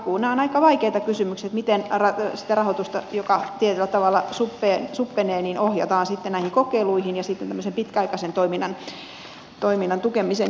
nämä ovat aika vaikeita kysymyksiä miten sitä rahoitusta joka tietyllä tavalla suppenee ohjataan sitten näihin kokeiluihin ja tämmöisen pitkäaikaisen toiminnan tukemiseen